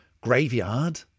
graveyard